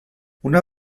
una